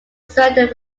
surrender